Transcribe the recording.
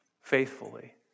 faithfully